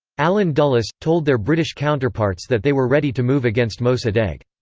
allen dulles, told their british counterparts that they were ready to move against mosaddegh.